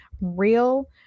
real